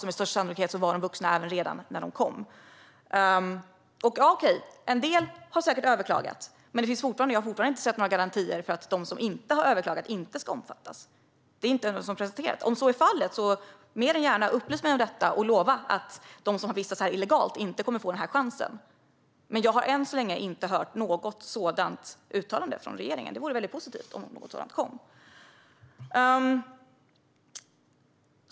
Med största sannolikhet var de alltså vuxna redan när de kom. Okej, en del har säkert överklagat. Men jag har fortfarande inte sett några garantier för att de som inte har överklagat inte ska omfattas. Det har ingen presenterat. Om så är fallet upplys mig mer än gärna om detta och lova att de som har vistats här illegalt inte kommer att få den här chansen. Jag har än så länge inte hört något sådant uttalande från regeringen. Det skulle vara positivt om det kom.